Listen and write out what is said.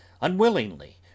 unwillingly